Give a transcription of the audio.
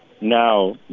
now